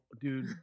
dude